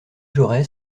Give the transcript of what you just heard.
jaurès